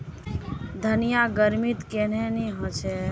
धनिया गर्मित कन्हे ने होचे?